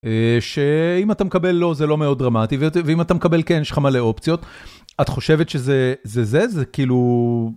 שאם אתה מקבל לא זה לא מאוד דרמטי ואם אתה מקבל כן יש לך מלא אופציות את חושבת שזה זה זה כאילו.